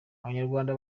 abanyarwanda